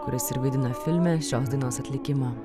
kuris ir vaidina filme šios dainos atlikimą